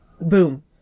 boom